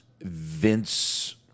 Vince